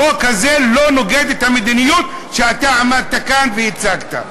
החוק הזה לא נוגד את המדיניות שאתה עמדת והצגת כאן.